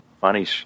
funny